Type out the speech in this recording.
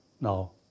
now